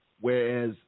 Whereas